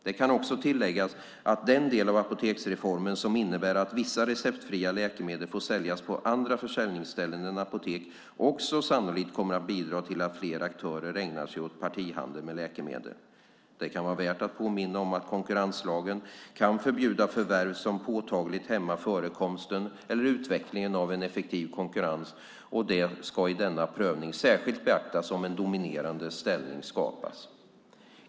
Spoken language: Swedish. Det kan också tilläggas att den del av apoteksreformen som innebär att vissa receptfria läkemedel får säljas på andra försäljningsställen än apotek sannolikt kommer att bidra till att fler aktörer ägnar sig åt partihandel med läkemedel. Det kan vara värt att påminna om att konkurrenslagen kan förbjuda förvärv som påtagligt hämmar förekomsten eller utvecklingen av en effektiv konkurrens och det ska i denna prövning särskilt beaktas om en dominerande ställning skapas.